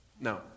No